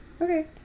Okay